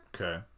Okay